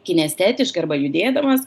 kinestetiškai arba judėdamas